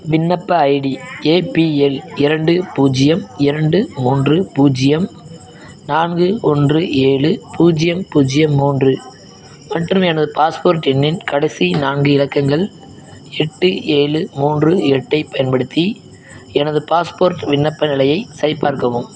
விண்ணப்ப ID A P L இரண்டு பூஜ்ஜியம் இரண்டு மூன்று பூஜ்ஜியம் நான்கு ஒன்று ஏழு பூஜ்ஜியம் பூஜ்ஜியம் மூன்று மற்றும் எனது பாஸ்போர்ட் எண்ணின் கடைசி நான்கு இலக்கங்கள் எட்டு ஏழு மூன்று எட்டைப் பயன்படுத்தி எனது பாஸ்போர்ட் விண்ணப்ப நிலையை சரிபார்க்கவும்